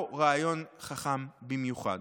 לא רעיון חכם במיוחד.